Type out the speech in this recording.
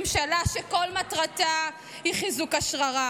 ממשלה שכל מטרתה היא חיזוק השררה,